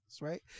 right